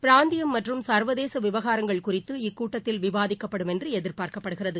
பிராந்தியம் மற்றும் சர்வதேச விவகாரங்கள் குறித்து இக்கூட்டத்தில் விவாதிக்கப்படும் என்று எதிர்பார்க்கப்படுகிறது